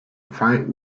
faint